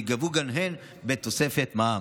וייגבו גם הן בתוספת מע"מ.